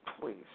Please